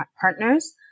partners